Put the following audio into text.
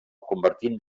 convertint